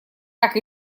так